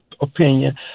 opinion